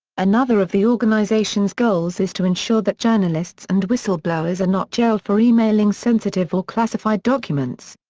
another of the organisation's goals is to ensure that journalists and whistleblowers are not jailed for emailing sensitive or classified documents.